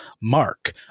Mark